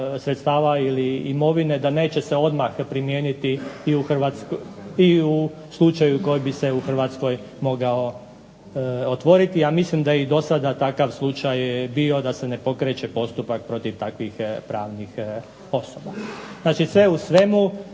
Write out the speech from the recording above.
sredstava ili imovine da neće se odmah primijeniti i u slučaju koji bi se u Hrvatskoj mogao otvoriti, a mislim da i dosada takav slučaj je bio da se ne pokreće postupak protiv takvih pravnih osoba. Znači, sve u svemu